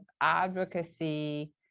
advocacy